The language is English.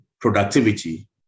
productivity